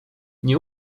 nie